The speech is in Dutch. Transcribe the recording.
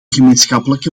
gemeenschappelijke